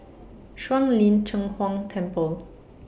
Shuang Lin Cheng Huang Temple